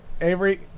Avery